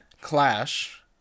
Clash